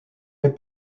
les